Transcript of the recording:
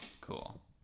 Cool